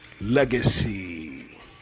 Legacy